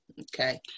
Okay